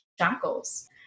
shackles